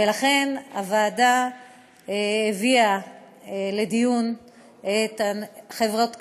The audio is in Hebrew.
ולכן הוועדה הביאה לדיון את החברות קדישא,